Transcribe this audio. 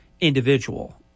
individual